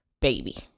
baby